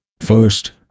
First